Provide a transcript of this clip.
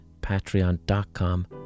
patreon.com